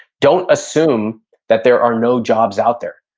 don't assume that there are no jobs out there.